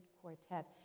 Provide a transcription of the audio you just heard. Quartet